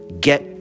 Get